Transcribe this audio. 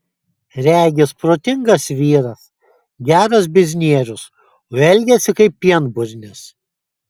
regis protingas vyras geras biznierius o elgiasi kaip pienburnis